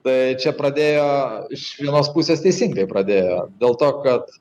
tai čia pradėjo iš vienos pusės teisingai pradėjo dėl to kad